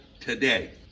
today